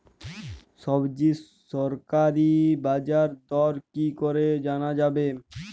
সবজির সরকারি বাজার দর কি করে জানা যাবে?